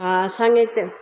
हा असांजे हिते